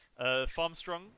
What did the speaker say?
Farmstrong